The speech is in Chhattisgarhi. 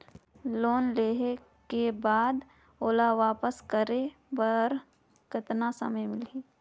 लोन लेहे के बाद ओला वापस करे बर कतना समय मिलही?